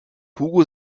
hugo